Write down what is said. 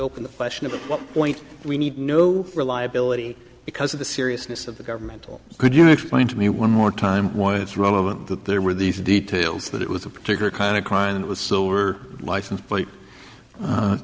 open the question of what point we need no reliability because of the seriousness of the government could you explain to me one more time why it's relevant that there were these details that it was a particular kind of crime that was so were license plate